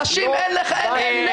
לאנשים אין לב.